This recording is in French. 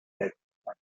lettres